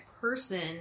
person